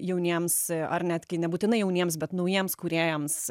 jauniems ar netgi nebūtinai jauniems bet naujiems kūrėjams